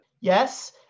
Yes